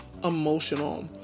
emotional